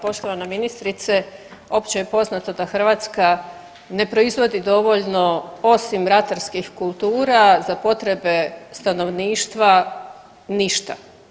Poštovana ministrice opće je poznato da Hrvatska ne proizvodi dovoljno osim ratarskih kultura za potrebe stanovništva ništa.